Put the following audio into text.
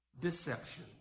deception